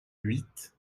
huit